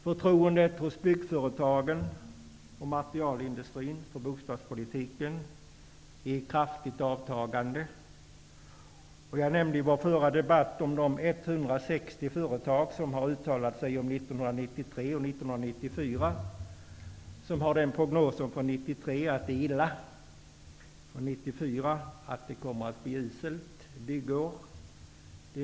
Förtroendet för bostadspolitiken hos byggföretagen och materialindustrin är i kraftigt avtagande. Jag nämnde i vår förra debatt om 160 företag som har uttalat sig om 1993 och 1994. De har prognosen för 1993 att det är illa, och för 1994 att det kommer att bli ett uselt byggår.